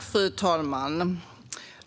Fru talman!